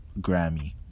Grammy